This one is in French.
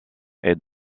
est